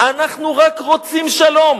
אנחנו רק רוצים שלום.